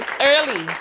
Early